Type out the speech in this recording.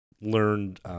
learned